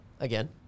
Again